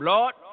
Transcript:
Lord